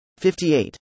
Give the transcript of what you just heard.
58